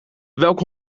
welk